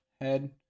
head